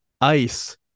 ice